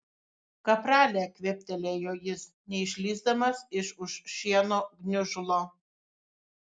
kaprale kvėptelėjo jis neišlįsdamas iš už šieno gniužulo